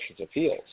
Appeals